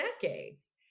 decades